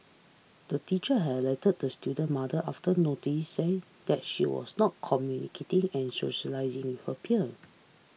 her teacher had alerted the student mother after noticing that she was not communicating and socialising with her peer